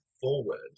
forward